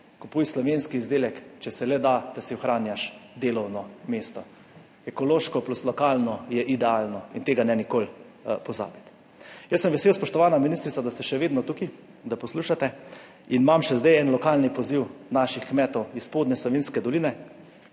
Kupuj slovenski izdelek, če se le da, da si ohranjaš delovno mesto. Ekološko plus lokalno je idealno in tega ne nikoli pozabiti. Jaz sem vesel, spoštovana ministrica, da ste še vedno tukaj, da poslušate in imam še zdaj en lokalni poziv naših kmetov iz Spodnje Savinjske doline.